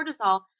cortisol